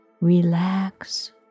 Relax